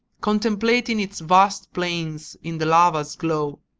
contemplating its vast plains in the lava's glow,